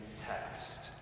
text